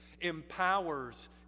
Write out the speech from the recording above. empowers